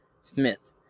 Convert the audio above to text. Smith